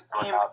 team